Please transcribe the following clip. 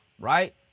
right